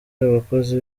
abakozi